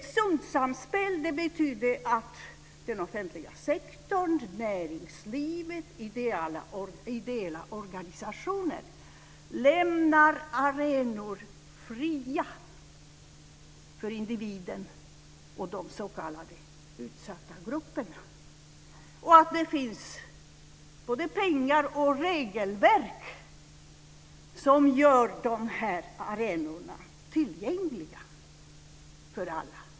Ett sunt samspel betyder att den offentliga sektorn, näringslivet och ideella organisationer lämnar arenor fria för individen och de s.k. utsatta grupperna och att det finns både pengar och regelverk som gör de här arenorna tillgängliga för alla.